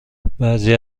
بعضی